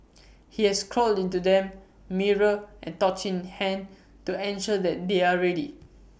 he has crawled into them mirror and torch in hand to ensure that they are ready